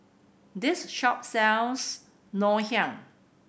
this shop sells Ngoh Hiang